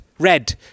red